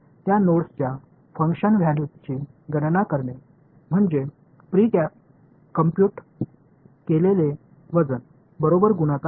அந்த நோட்ஸ்களின் செயல்பாட்டு மதிப்புகளை முன்கூட்டியே கணக்கிடப்பட்ட எடைகளால் பெருக்குகின்றன